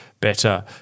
better